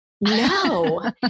No